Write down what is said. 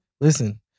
Listen